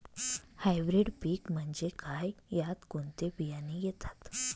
Hybrid पीक म्हणजे काय? यात कोणते बियाणे येतात?